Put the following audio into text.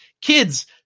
kids